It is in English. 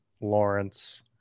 Lawrence